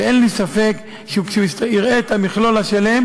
שאין לי ספק שכשהוא יראה את המכלול השלם